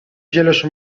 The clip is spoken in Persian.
جلوش